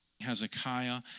Hezekiah